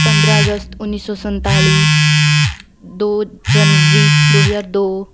ਪੰਦਰ੍ਹਾਂ ਅਗਸਤ ਉੱਨੀ ਸੌ ਸੰਤਾਲੀ ਦੋ ਜਨਵਰੀ ਦੋ ਹਜ਼ਾਰ ਦੋ